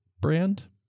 brand